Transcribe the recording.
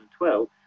2012